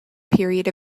period